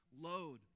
load